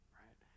right